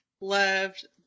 loved